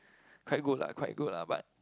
quite good lah quite good lah but